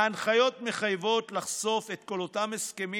ההנחיות מחייבות לחשוף את כל אותם הסכמים